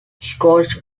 scotch